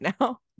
now